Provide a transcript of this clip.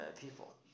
people